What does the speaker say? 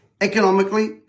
economically